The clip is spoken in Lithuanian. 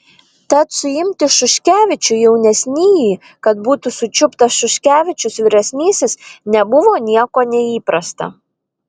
tad suimti šuškevičių jaunesnįjį kad būtų sučiuptas šuškevičius vyresnysis nebuvo nieko neįprasta